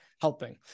helping